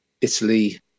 italy